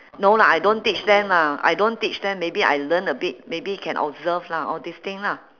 no lah I don't teach them lah I don't teach them maybe I learn a bit maybe can observe lah all these thing lah